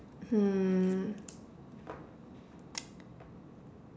hmm